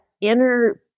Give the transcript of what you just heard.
inner